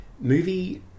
movie